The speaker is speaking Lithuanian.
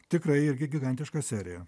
tikrai irgi gigantiška serija